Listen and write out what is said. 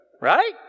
Right